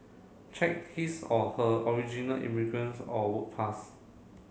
check his or her original immigrants or work pass